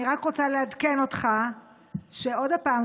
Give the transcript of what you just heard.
אני רק רוצה לעדכן אותך שעוד פעם,